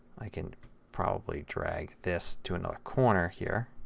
i can probably drag this to another corner here.